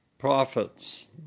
prophets